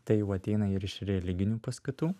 tai jau ateina ir iš religinių paskatų